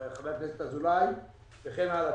חבר הכנסת אזולאי וכן הלאה.